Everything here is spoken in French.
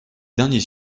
derniers